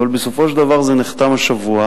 אבל בסופו של דבר זה נחתם השבוע,